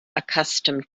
accustomed